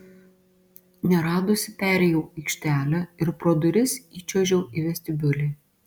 neradusi perėjau aikštelę ir pro duris įčiuožiau į vestibiulį